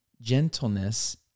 gentleness